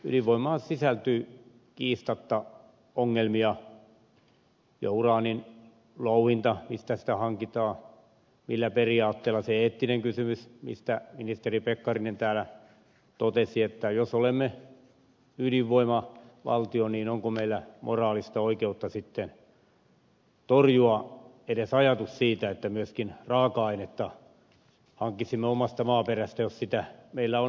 ydinvoimaan sisältyy kiistatta ongelmia kuten uraanin louhinta mistä sitä hankitaan millä periaatteella ja se eettinen kysymys mistä ministeri pekkarinen täällä totesi että jos olemme ydinvoimavaltio niin onko meillä moraalista oikeutta sitten torjua edes ajatusta siitä että myöskin raaka ainetta hankkisimme omasta maaperästä jos sitä meillä on hankittavissa